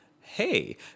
hey